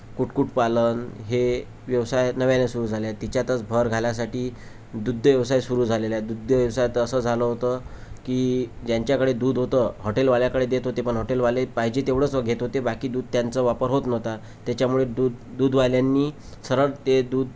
कुक्कुटपालन हे व्यवसाय नव्याने सुरू झालेत तिच्यातच भर घालायसाठी दुग्धव्यवसाय सुरू झालेला आहे दुग्धव्यवसाय आता असं झालं होतं की ज्यांच्याकडे दूध होतं हॉटेलवाल्याकडे देत होते पण हॉटेलवाले पाहिजे तेवढंच घेत होते बाकी दूध त्यांचा वापर होत नव्हता त्याच्यामुळे दूध दूधवाल्यांनी सरळ ते दूध